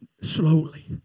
slowly